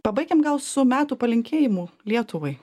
pabaikim gal su metų palinkėjimu lietuvai